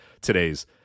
today's